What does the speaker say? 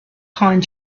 pine